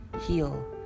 heal